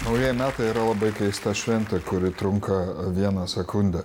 naujieji metai yra labai keista šventė kuri trunka vieną sekundę